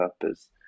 purpose